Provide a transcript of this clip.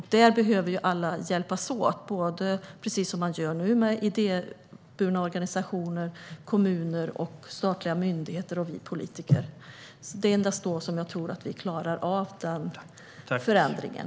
Här behöver alla hjälpas åt, precis som man gör nu med idéburna organisationer, kommuner, statliga myndigheter och oss politiker. Det är endast då som vi klarar av den förändringen.